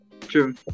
true